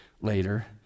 later